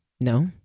no